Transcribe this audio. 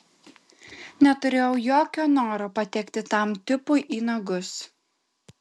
neturėjau jokio noro patekti tam tipui į nagus